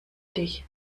dich